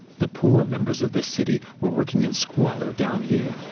the poorer members of this city were working in squalor down here.